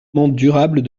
durables